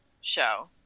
show